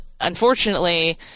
unfortunately